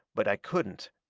but i couldn't.